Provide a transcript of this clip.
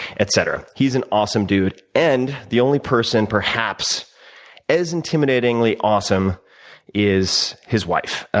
et cetera. he's an awesome dude. and the only person perhaps as intimidatingly awesome is his wife,